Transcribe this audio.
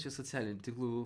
čia socialinių tinklų